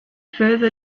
further